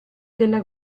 della